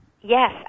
Yes